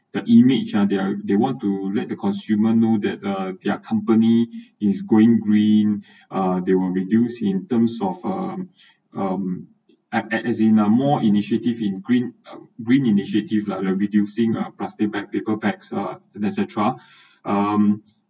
the image uh their they want to let the consumer knew that the their company is going green uh they will reduced in terms of uh um as as in a more initiative in green uh green initiative like reducing uh plastic bag paper bag uh etc um